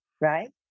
right